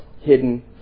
hidden